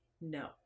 No